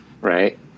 right